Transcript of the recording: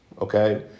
okay